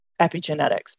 epigenetics